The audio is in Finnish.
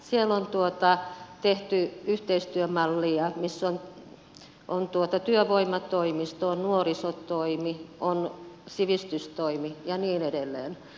siellä on tehty yhteistyömalli missä on työvoimatoimisto on nuorisotoimi on sivistystoimi ja niin edelleen